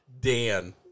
Dan